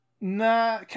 Nah